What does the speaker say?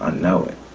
ah know it.